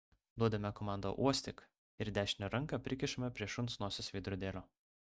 duodame komandą uostyk ir dešinę ranką prikišame prie šuns nosies veidrodėlio